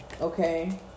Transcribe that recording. Okay